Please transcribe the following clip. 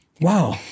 Wow